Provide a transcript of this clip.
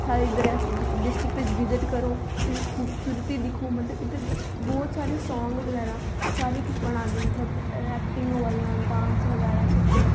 सारे इद्धर Reasi district visit करो एहदी खूबसूरती दिक्खो मतलब इद्धर बहुत सारे सांग बगैरा सारे किश बने दा मतलब ऐकटिंग होआ दियां डांस बगैरा सब कुछ